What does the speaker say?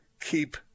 keep